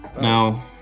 Now